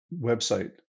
website